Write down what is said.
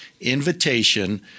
invitation